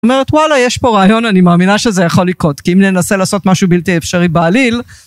אומרת וואלה יש פה רעיון אני מאמינה שזה יכול לקרות כי אם ננסה לעשות משהו בלתי אפשרי בעליל